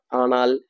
anal